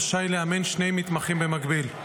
רשאי לאמן שני מתמחים במקביל.